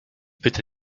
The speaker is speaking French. peut